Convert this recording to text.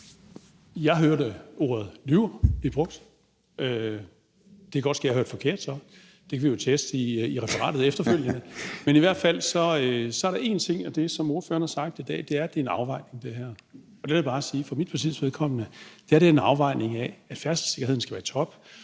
Jeg hørte ordet lyve blive brugt. Det kan godt ske, at jeg så hørte forkert. Det kan vi jo teste i referatet efterfølgende. Men i hvert fald hørte jeg en ting af det, som ordføreren har sagt i dag, og det er, at det her er en afvejning. Der vil jeg bare sige, at for mit partis vedkommende er der den afvejning, at færdselssikkerheden skal være i top,